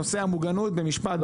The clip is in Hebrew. לנושא המוגנות במשפט.